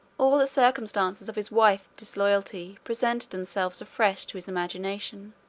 all the circumstances of his wife's disloyalty presented themselves afresh to his imagination,